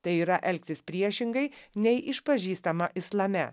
tai yra elgtis priešingai nei išpažįstama islame